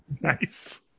nice